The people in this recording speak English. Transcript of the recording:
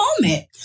moment